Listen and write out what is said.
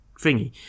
Thingy